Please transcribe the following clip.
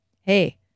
hey